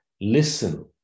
listen